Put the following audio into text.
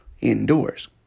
indoors